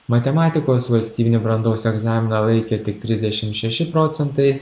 matematikos valstybinį brandos egzaminą laikė tik trisdešimt šeši procentai